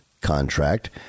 contract